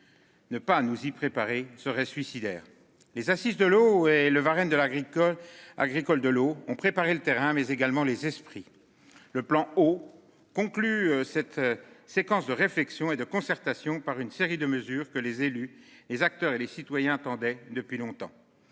Ne pas nous y préparer serait suicidaire. Les assises de l'eau et le variant de l'agricole agricole de l'eau ont préparé le terrain mais également les esprits. Le plan au conclut cette séquence de réflexion et de concertation par une série de mesures que les élus, les acteurs et les citoyens attendaient depuis longtemps.